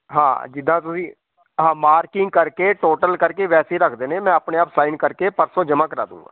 ਹਾਂ ਜਿੱਦਾਂ ਤੁਸੀਂ ਹਾਂ ਮਾਰਕਿੰਗ ਕਰਕੇ ਟੋਟਲ ਕਰਕੇ ਵੈਸੇ ਰੱਖ ਦੇਣੇ ਹੈ ਮੈਂ ਆਪਣੇ ਆਪ ਸਾਈਨ ਕਰਕੇ ਪਰਸੋਂ ਜਮ੍ਹਾਂ ਕਰਾ ਦੇਊਂਗਾ